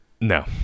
No